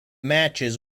matches